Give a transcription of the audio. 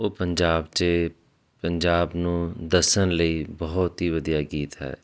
ਉਹ ਪੰਜਾਬ 'ਚ ਪੰਜਾਬ ਨੂੰ ਦੱਸਣ ਲਈ ਬਹੁਤ ਹੀ ਵਧੀਆ ਗੀਤ ਹੈ